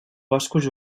boscos